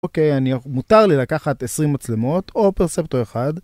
אוקיי, מותר לי לקחת 20 מצלמות, או פרספטו אחד